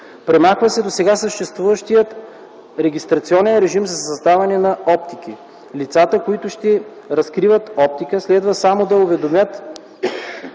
Премахва се досега съществуващият регистрационен режим за създаване на оптики. Лицата, които ще разкриват оптика, следва само да уведомят